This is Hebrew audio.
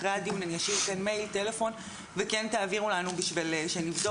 אחרי הדיון אני אשאיר כאן מייל וטלפון ותעבירו לנו כדי שנבדוק.